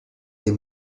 des